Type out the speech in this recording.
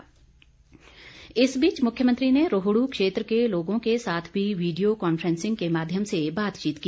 जयराम इस बीच मुख्यमंत्री ने रोहड् क्षेत्र के लोगों के साथ भी वीडियो कांफ्रेंसिंग के माध्यम से बातचीत की